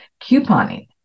Couponing